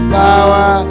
power